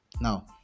Now